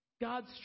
God's